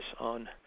on